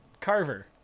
Carver